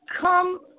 Come